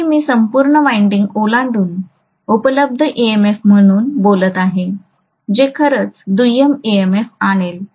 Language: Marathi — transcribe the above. तरीही मी संपूर्ण वाइंडिंग ओलांडून उपलब्ध ईएमएफ म्हणून बोलत आहे जे खरंच दुय्यम ईएमएफ आणेल